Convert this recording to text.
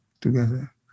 together